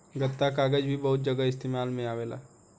गत्ता कागज़ भी बहुत जगह इस्तेमाल में आवेला